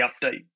update